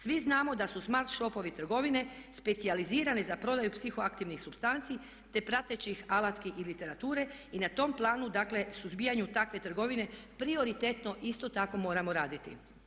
Svi znamo da su smart shopovi trgovine specijalizirane za prodaju psihoaktivnih supstanci te pratećih alatki i literature i na tom planu, dakle suzbijanju takve trgovine prioritetno isto tako moramo raditi.